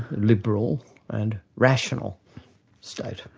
liberal and rational state.